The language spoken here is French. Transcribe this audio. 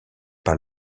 par